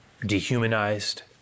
dehumanized